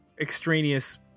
extraneous